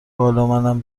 بالامنم